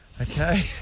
okay